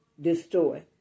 destroy